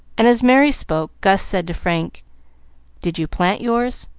and as merry spoke, gus said to frank did you plant yours?